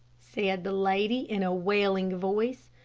said the lady in a wailing voice.